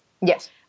Yes